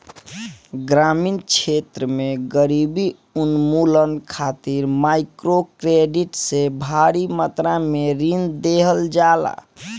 ग्रामीण क्षेत्र में गरीबी उन्मूलन खातिर माइक्रोक्रेडिट से भारी मात्रा में ऋण देहल जाला